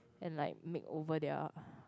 and like make over their